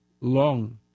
long